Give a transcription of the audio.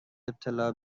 ابتلا